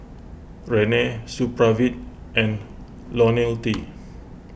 Rene Supravit and Ionil T